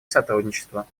сотрудничество